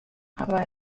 aber